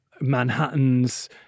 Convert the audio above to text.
manhattans